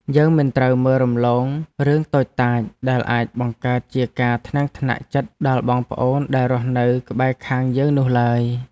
យើងមិនត្រូវមើលរំលងរឿងតូចតាចដែលអាចបង្កើតជាការថ្នាំងថ្នាក់ចិត្តដល់បងប្អូនដែលរស់នៅក្បែរខាងយើងនោះឡើយ។